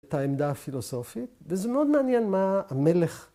‫את העמדה הפילוסופית, ‫וזה מאוד מעניין מה המלך...